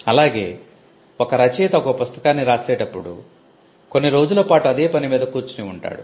అలాగే ఒక రచయిత ఒక పుస్తకాన్ని రాసేటప్పుడు కొన్ని రోజుల పాటు అదే పనిమీద కూర్చుని ఉంటాడు